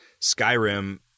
Skyrim